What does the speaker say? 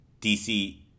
DC